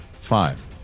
Five